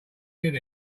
did